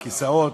כיסאות.